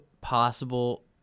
possible